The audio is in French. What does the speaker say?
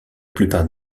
plupart